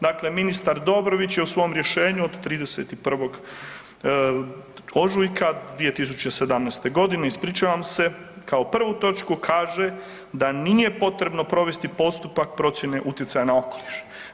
Dakle, ministar Dobrović je u svom rješenju od 31. ožujka 2017.g., ispričavam se, kao prvu točku kaže da nije potrebno provesti postupak procjene utjecaja na okoliš.